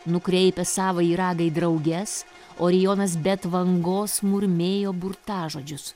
nukreipia savąjį ragą į drauges orijonas be atvangos murmėjo burtažodžius